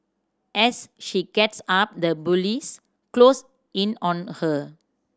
as she gets up the bullies close in on her